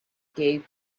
gave